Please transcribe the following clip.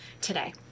today